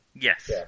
Yes